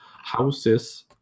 houses